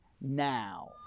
now